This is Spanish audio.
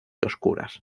oscuras